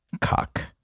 cock